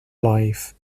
life